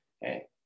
Hey